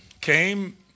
came